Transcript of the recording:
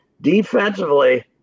defensively